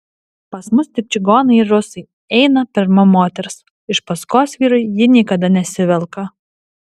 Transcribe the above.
pas mus tik čigonai ir rusai eina pirma moters iš paskos vyrui ji niekada nesivelka